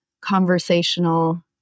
conversational